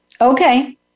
Okay